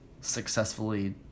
successfully